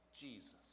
Jesus